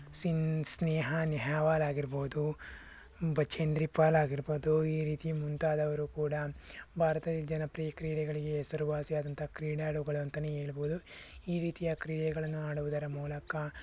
ಸಿನ್ ಸ್ನೇಹ ನೆಹ್ವಾಲ್ ಆಗಿರ್ಬೋದು ಬಚೇಂದ್ರಿ ಪಾಲ್ ಆಗಿರ್ಬೋದು ಈ ರೀತಿ ಮುಂತಾದವರು ಕೂಡ ಭಾರತದಲ್ಲಿ ಜನಪ್ರಿಯ ಕ್ರೀಡೆಗಳಿಗೆ ಹೆಸರುವಾಸಿಯಾದಂಥ ಕ್ರೀಡಾಳುಗಳು ಅಂತಲೇ ಹೇಳ್ಬೋದು ಈ ರೀತಿಯ ಕ್ರೀಡೆಗಳನ್ನು ಆಡುವುದರ ಮೂಲಕ